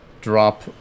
drop